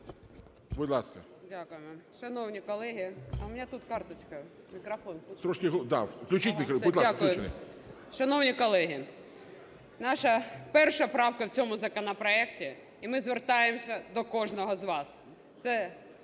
Дякую. Шановні колеги, наша перша правка в цьому законопроекті, і ми звертаємося до кожного з вас. Це